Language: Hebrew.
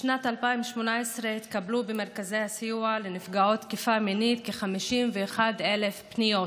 בשנת 2018 התקבלו במרכזי הסיוע לנפגעות תקיפה מינית כ-51,000 פניות,